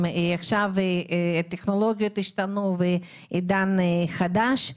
אבל עכשיו הטכנולוגיות השתנו ואנחנו בעידן חדש.